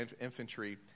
infantry